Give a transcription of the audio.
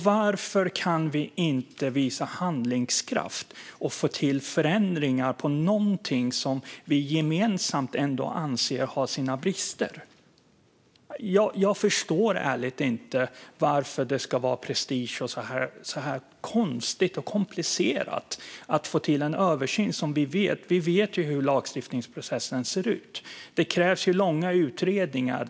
Varför kan vi inte visa handlingskraft och få till förändringar av någonting som vi gemensamt anser har sina brister? Jag förstår ärligt talat inte varför det ska vara prestige och varför det ska vara så här konstigt och komplicerat att få till en översyn. Vi vet ju hur lagstiftningsprocessen ser ut. Det krävs långa utredningar.